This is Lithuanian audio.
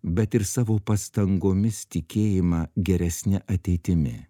bet ir savo pastangomis tikėjimą geresne ateitimi